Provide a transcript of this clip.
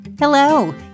Hello